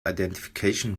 identification